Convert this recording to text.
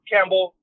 Campbell